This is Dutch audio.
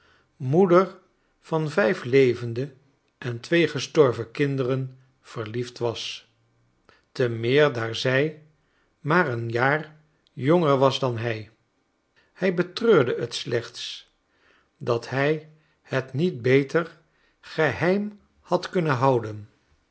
moeder van vijf levende en twee gestorven kinderen verliefd was te meer daar zij maar een jaar jonger was dan hij hij betreurde het slechts dat hij het niet beter geheim had kunnen houden